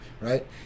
right